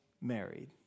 married